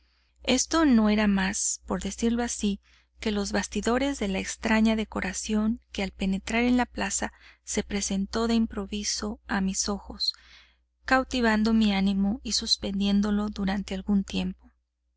esto no era más por decirlo así que los bastidores de la extraña decoración que al penetrar en la plaza se presentó de improviso a mis ojos cautivando mi ánimo y suspendiéndolo durante algún tiempo